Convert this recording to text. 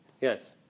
yes